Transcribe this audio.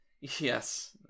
Yes